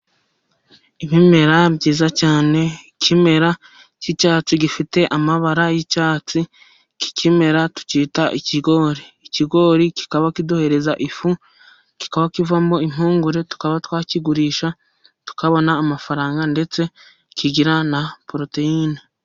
Ibimera byiza cyane, ikimera cy'icyatsi gifite amabara y'icyatsi, iki kimera tucyita ikigori, ikigori kikaba kiduhereza ifu, kikaba kivamo impungure, tukaba twakigurisha tukabona amafaranga, ndetse kigira na poroteyine.